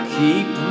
keep